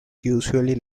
usually